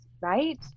right